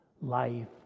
life